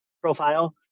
profile